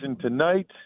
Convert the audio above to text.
tonight